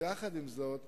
עם זאת,